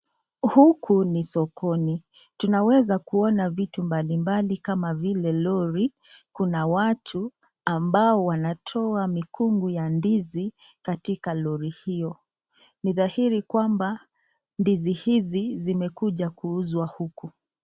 Huku ni sokoni. Tunaweza kuona vitu mbalimbali kama vile lori, kuna watu ambao wanatoa mikungu ya ndizi katika lori hio. Ni dhairi kwamba ndizi hizi zimekuja kuuzwa huku.